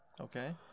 Okay